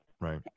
Right